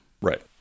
Right